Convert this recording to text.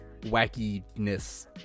wackiness